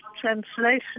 translation